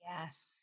Yes